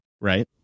right